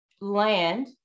land